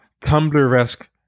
tumblr-esque